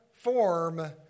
form